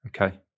okay